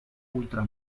ultra